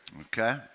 Okay